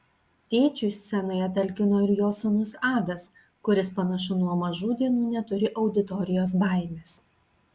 tėčiui scenoje talkino ir jo sūnus adas kuris panašu nuo mažų dienų neturi auditorijos baimės